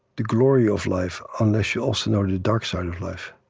the glory of life unless you also know the dark side of life.